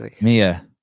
Mia